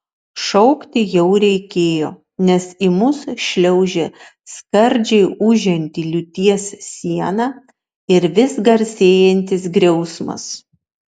šaukti jau reikėjo nes į mus šliaužė skardžiai ūžianti liūties siena ir vis garsėjantis griausmas